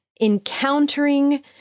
encountering